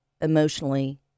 emotionally